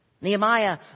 Nehemiah